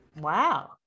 Wow